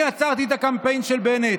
אני יצרתי את הקמפיין של בנט,